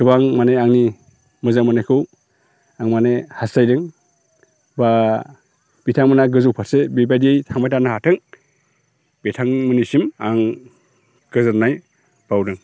गोबां माने आंनि मोजां मोननायखौ आं माने हास्थायदों बा बिथांमोनहा गोजौ फारसे बेबायदियै थांबाय थानो हाथों बिथांमोननिसिम आं गोजोननाय बावदों